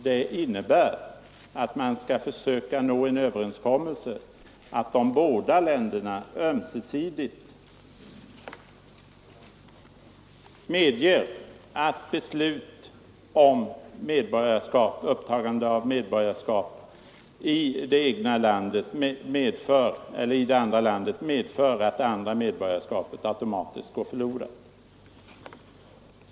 Det innebär att man skall försöka nå en överenskommelse att båda länderna ömsesidigt medger att beslut om erhållande av medborgarskap i ett annat land automatiskt skall medföra att det andra medborgarskapet går förlorat.